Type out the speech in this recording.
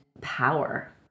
power